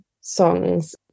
songs